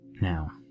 Now